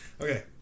Okay